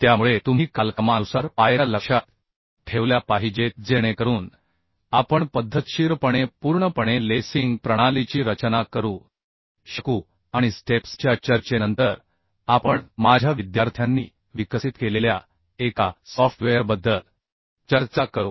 त्यामुळे तुम्ही कालक्रमानुसार पायऱ्या लक्षात ठेवल्या पाहिजेत जेणेकरून आपण पद्धतशीरपणे पूर्णपणे लेसिंग प्रणालीची रचना करू शकू आणि स्टेप्स च्या चर्चेनंतर आपण माझ्या विद्यार्थ्यांनी विकसित केलेल्या एका सॉफ्टवेअरबद्दल चर्चा करू